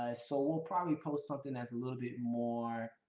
ah so we'll probably post something that's a little bit more,